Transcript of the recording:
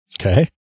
Okay